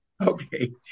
Okay